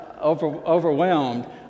overwhelmed